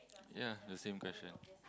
ya the same question